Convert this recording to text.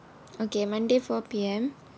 okay monday four P_M